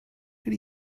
did